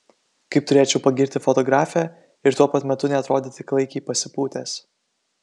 kaip turėčiau pagirti fotografę ir tuo pat metu neatrodyti klaikiai pasipūtęs